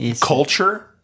Culture